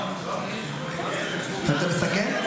אתה רוצה לסכם?